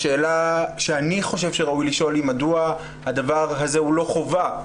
השאלה שאני חושב שראוי לשאול היא מדוע הדבר הזה הוא לא חובה.